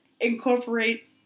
incorporates